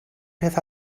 peth